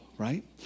right